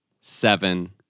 seven